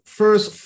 first